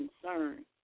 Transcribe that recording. concern